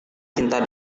cinta